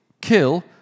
kill